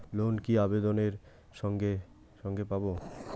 Loan কি আবেদনের সঙ্গে সঙ্গে পাব?